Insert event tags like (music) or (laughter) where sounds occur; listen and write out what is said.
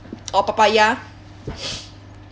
or papaya (breath)